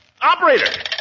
operator